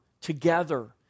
together